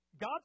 God